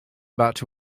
but